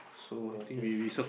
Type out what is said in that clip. oh okay